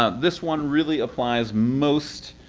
ah this one really applies most